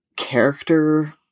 character